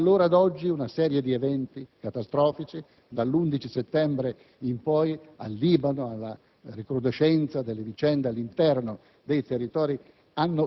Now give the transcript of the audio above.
che da allora ad oggi una serie di eventi catastrofici (dall'11 settembre in poi, al Libano, alla recrudescenza delle vicende all'interno dei Territori)